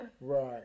Right